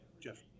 Jeff